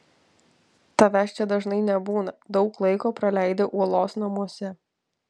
tavęs čia dažnai nebūna daug laiko praleidi uolos namuose